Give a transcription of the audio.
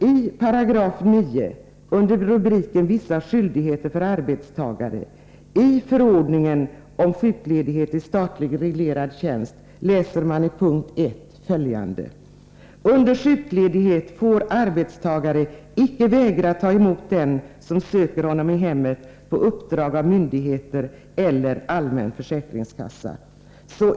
I § 9, under rubriken Vissa skyldigheter för arbetstagare, i förordningen om sjukledighet i statligt reglerad tjänst kan vi i punkt 1 läsa följande: Under sjukledighet får arbetstagare icke vägra ta emot den som söker honom i hemmet på uppdrag av myndigheter eller allmän försäkringskassa.